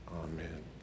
Amen